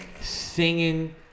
Singing